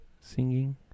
Singing